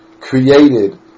created